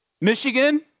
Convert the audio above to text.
Michigan